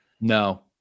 No